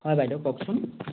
হয় বাইদেউ কওকচোন